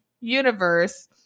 universe